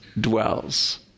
dwells